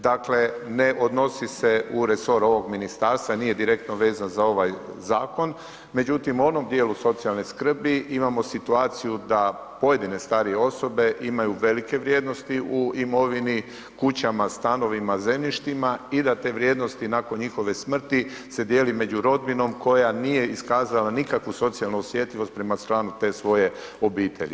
Dakle, ne odnosi se u resor ovog ministarstva i nije direktno vezan za ovaj zakon, međutim u onom dijelu socijalne skrbi imamo situaciju da pojedine starije osobe imaju velike vrijednosti u imovini, kućama, stanovima, zemljištima i da te vrijednosti nakon njihove smrti se dijeli među rodbinom koja nije iskazala nikakvu socijalnu osjetljivost prema članu te svoje obitelji.